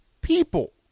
people